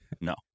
No